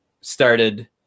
started